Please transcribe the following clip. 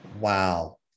Wow